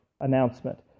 announcement